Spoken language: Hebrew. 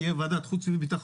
אם תהיה ועדת חוץ וביטחון,